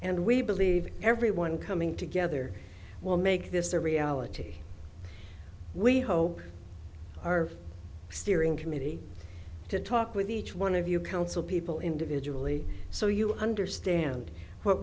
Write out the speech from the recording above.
and we believe that everyone coming together will make this a reality we hope our steering committee to talk with each one of you council people individually so you understand what